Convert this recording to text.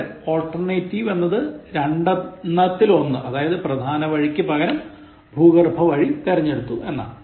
ഇവിടെ alternative എന്നത് രണ്ടെണ്ണത്തിൽ ഒന്ന് അതായത് പ്രധാന വഴിക്കു പകരം ഭൂഗർഭ വഴി തിരഞ്ഞെടുത്തു എന്നതാണ്